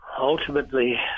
Ultimately